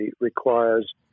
requires